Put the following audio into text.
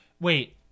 Wait